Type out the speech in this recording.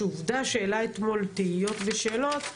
שעובדה שהעלה אתמול תהיות ושאלות,